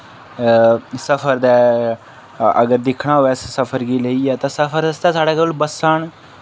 सफर दा अगर दिक्खना होऐ सफर गी लेइयै ते सफर आस्तै साढ़े कोल बस्सां न